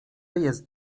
jest